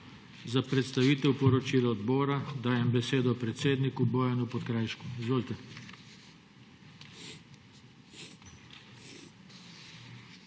Za predstavitev poročila odbora, dajem besedo predsedniku, Bojanu Podkrajšku. Izvolite.